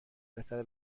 بهتره